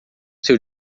seu